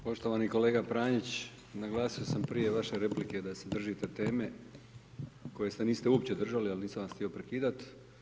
Poštovani kolega Pranić, naglasio sam prije vaše replike da se držite teme koje se niste uopće držali ali nisam vas htio prekidati.